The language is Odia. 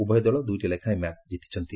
ଉଭୟ ଦଳ ଦୁଇଟି ଲେଖାଏଁ ମ୍ୟାଚ ଜିତିଛନ୍ତି